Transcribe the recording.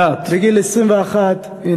בגיל 21, תודה.